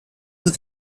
with